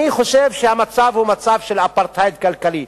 אבל אני חושב שהמצב הוא של אפרטהייד כלכלי,